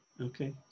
Okay